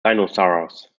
dinosaurs